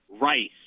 rice